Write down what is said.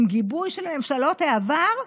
בגיבוי של ממשלות העבר,